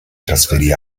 trasferì